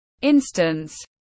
instance